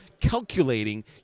calculating